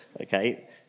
okay